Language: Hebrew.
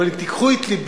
אבל אם תיקחו את לבי,